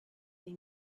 they